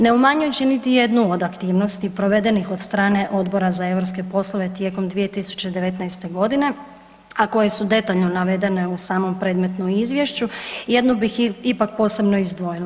Ne umanjujući niti jednu od aktivnosti provedenih od strane Odbora za europske poslove tijekom 2019. g., a koje su detaljno navedene u samom predmetnom Izvješću, jednu bih ipak posebno izdvojila.